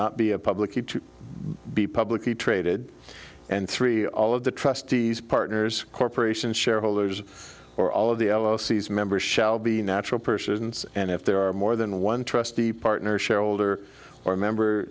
not be a public e to be publicly traded and three all of the trustees partners corporation shareholders or all of the seas members shall be natural persons and if there are more than one trustee partner shareholder or member